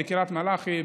בקריית מלאכי,